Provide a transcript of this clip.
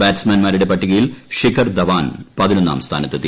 ബാറ്റ്സ്മാൻമാരുടെ പട്ടികയിൽ ശ്വീർ ൻ ്ധവാൻ പതിനൊന്നാം സ്ഥാനത്തെത്തി